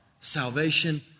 Salvation